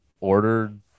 ordered